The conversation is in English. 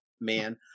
man